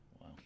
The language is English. wow